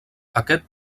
aquest